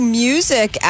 music